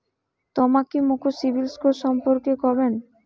তমা কি মোক সিবিল স্কোর সম্পর্কে কবেন?